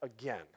again